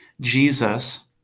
Jesus